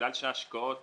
בגלל שההשקעות